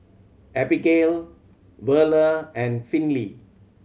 Abbigail Verla and Finley